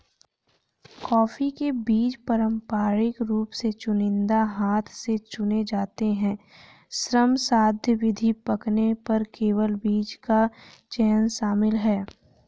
coffee के बीज पारंपरिक रूप से चुनिंदा हाथ से चुने जाते हैं, श्रमसाध्य विधि, पकने पर केवल बीज का चयन शामिल है